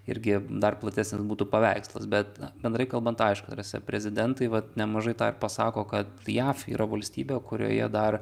irgi dar platesnis būtų paveikslas bet bendrai kalbant aišku yra prezidentai vat nemažai tą ir pasako kad jav yra valstybė kurioje dar